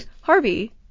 Harvey